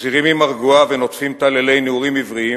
נזירים ממרגוע ונוטפים טללי נעורים עבריים"